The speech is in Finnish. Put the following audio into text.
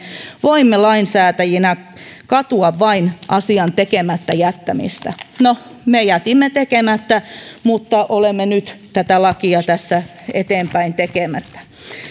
voimme lainsäätäjinä katua vain asian tekemättä jättämistä no me jätimme tekemättä mutta olemme nyt tätä lakia tässä eteenpäin